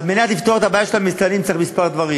על מנת לפתור את הבעיה של המסתננים צריך כמה דברים,